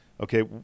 Okay